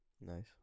Nice